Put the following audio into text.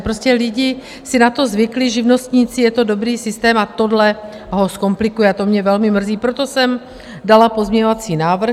Prostě lidé si na to zvykli, živnostníci, je to dobrý systém a tohle ho zkomplikuje, a to mě velmi mrzí, proto jsem dala pozměňovací návrh.